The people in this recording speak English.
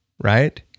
Right